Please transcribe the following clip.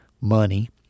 money